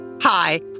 Hi